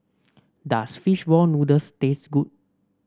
does fish ball noodles taste good